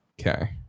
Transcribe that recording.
Okay